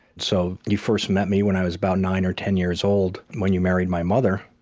so you first met me when i was about nine or ten years old, when you married my mother.